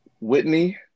Whitney